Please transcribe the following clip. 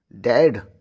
dead